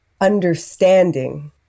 understanding